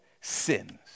sins